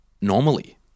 normally